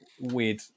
weird